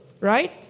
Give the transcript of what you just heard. Right